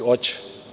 Hoće.